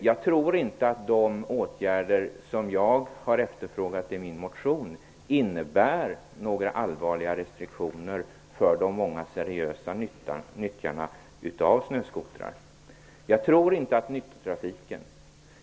Jag tror inte att de åtgärder som jag har efterfrågat i min motion innebär några allvarliga restriktioner för de många seriösa nyttjarna av snöskotrar.